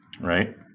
Right